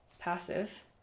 passive